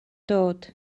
dod